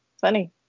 funny